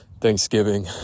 Thanksgiving